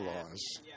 laws